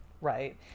right